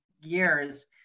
years